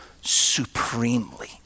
supremely